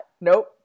Nope